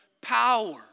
power